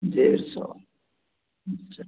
डेढ़ सौ अच्छा